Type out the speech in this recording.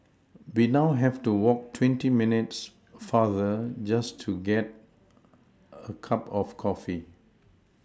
we now have to walk twenty minutes farther just to get a cup of coffee